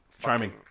charming